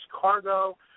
cargo